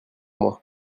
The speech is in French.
moi